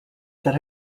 that